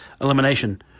elimination